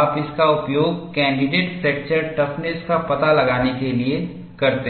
आप इसका उपयोग कैन्डिडेट फ्रैक्चर टफ्नस का पता लगाने के लिए करते हैं